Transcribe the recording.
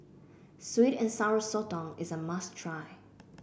Sweet and Sour Sotong is a must try